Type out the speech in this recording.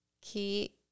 Key